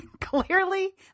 clearly